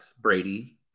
Brady